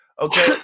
okay